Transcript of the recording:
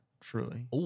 Truly